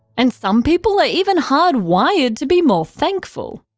and some people are even hardwired to be more thankful.